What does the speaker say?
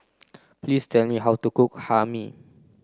please tell me how to cook Hae Mee